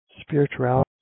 Spirituality